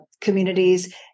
communities